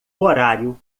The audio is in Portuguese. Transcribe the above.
horário